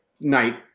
Night